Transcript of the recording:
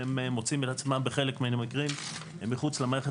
והם מוצאים את עצמם בחלק מהמקרים מחוץ למערכת